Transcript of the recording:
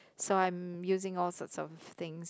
so I'm using all sorts of things